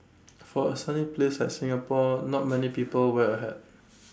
for A sunny place like Singapore not many people wear A hat